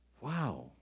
Wow